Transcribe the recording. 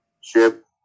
ship